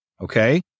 Okay